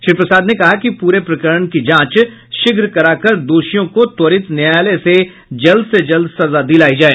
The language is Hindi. श्री प्रसाद ने कहा कि पूरे प्रकरण की जांच शीघ्र करा कर दोषियों को त्वरित न्यायालय से जल्द से जल्द सजा दिलायी जाए